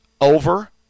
over